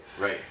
Right